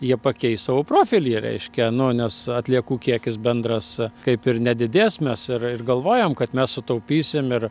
jie pakeis savo profilį reiškia nu nes atliekų kiekis bendras kaip ir nedidės mes ir galvojam kad mes sutaupysim ir